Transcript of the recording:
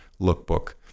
lookbook